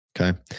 Okay